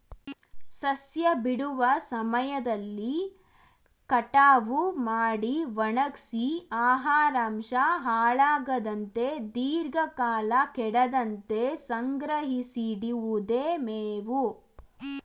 ಸಸ್ಯ ಬಿಡುವ ಸಮಯದಲ್ಲಿ ಕಟಾವು ಮಾಡಿ ಒಣಗ್ಸಿ ಆಹಾರಾಂಶ ಹಾಳಾಗದಂತೆ ದೀರ್ಘಕಾಲ ಕೆಡದಂತೆ ಸಂಗ್ರಹಿಸಿಡಿವುದೆ ಮೇವು